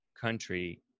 country